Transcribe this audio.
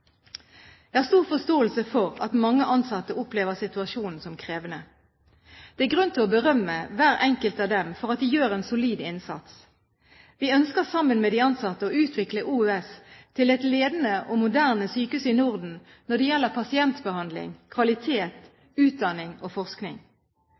Jeg har stor forståelse for at mange ansatte opplever situasjonen som krevende. Det er grunn til å berømme hver enkelt av dem for at de gjør en solid innsats. Vi ønsker – sammen med de ansatte – å utvikle Oslo universitetssykehus til et ledende og moderne sykehus i Norden når det gjelder pasientbehandling, kvalitet,